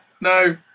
No